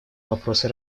вопросы